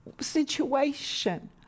situation